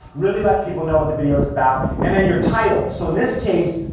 really let people know what the video's about, and then your title. so in this case,